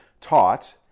taught